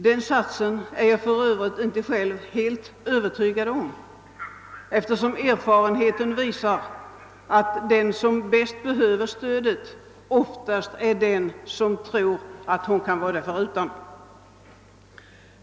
Den satsen är jag för Övrigt inte själv helt övertygad om, eftersom erfarenheten visar att den som bäst behöver stödet oftast är den som tror att hon kan vara det förutan.